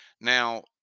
Now